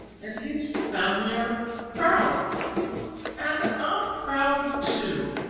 and his family are proud and i'm proud, too!